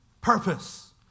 purpose